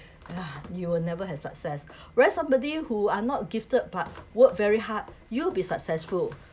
you will never have success whereas somebody who is not gifted but work very hard you'll be successful